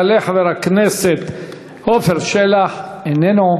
החלטת ועדת האתיקה בעניין קובלנות שהוגשו בעקבות נאומה